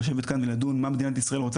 לשבת כאן ולדון מה מדינת ישראל רוצה